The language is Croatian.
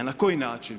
Na koji način?